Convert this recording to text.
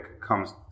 comes